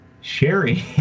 Sherry